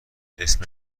کردماسم